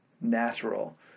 natural